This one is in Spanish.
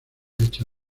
hecha